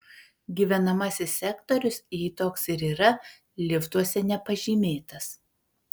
gyvenamasis sektorius jei toks ir yra liftuose nepažymėtas